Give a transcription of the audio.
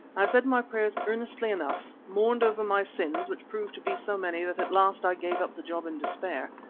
i said my prayers earnestly enough, mourned over my sins which proved to be so many that at last i gave up the job in despair,